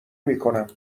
میکنم